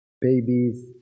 babies